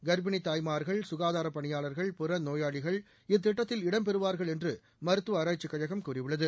கர்ப்பிணி தாய்மார்கள் சுகாதாரப் பணியாளர்கள் புறநோயாளிகள் இத்திட்டத்தில் இடம் பெறுவார்கள் என்று மருத்துவ ஆராய்ச்சிக் கழகம் கூறியுள்ளது